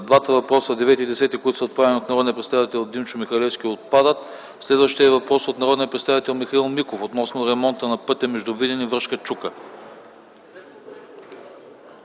Двата въпроса – деветият и десетият, които са отправени от народния представител Димчо Михалевски отпадат. Следващият въпрос е от народния представител Михаил Миков относно ремонта на пътя между Видин и Връшка чука.